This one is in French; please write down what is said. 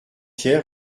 hier